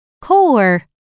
core